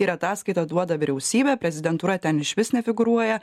ir ataskaitą duoda vyriausybė prezidentūra ten išvis nefigūruoja